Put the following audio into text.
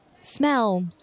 smell